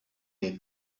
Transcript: the